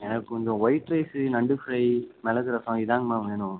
எனக்கு கொஞ்சம் white rice நண்டு ஃப்ரை மிளகு ரசம் இதாங்க மேம் வேணும்